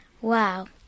Wow